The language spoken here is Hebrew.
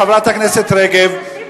חברת הכנסת רגב.